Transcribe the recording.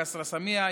כסרא-סמיע,